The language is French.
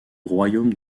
royaume